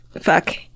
fuck